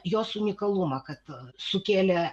jos unikalumą kad sukėlė